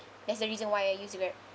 that's the reason why I use Grab